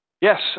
Yes